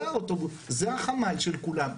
זה החמ"ל של כולם,